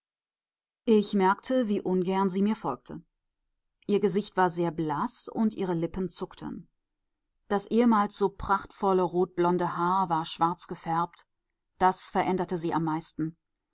ich merkte wie ungern sie mir folgte ihr gesicht war sehr blaß und ihre lippen zuckten das ehemals so prachtvolle rotblonde haar war schwarz gefärbt das veränderte sie am meisten